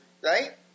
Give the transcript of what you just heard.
right